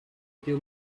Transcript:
était